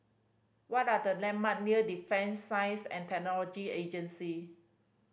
what are the landmark near Defence Science And Technology Agency